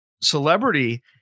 celebrity